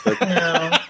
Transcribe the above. No